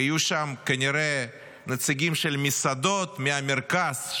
ויהיו שם כנראה נציגים של מסעדות מהמרכז,